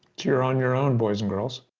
you're on your own, boys and girls.